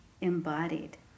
embodied